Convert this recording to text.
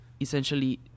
essentially